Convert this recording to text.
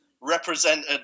represented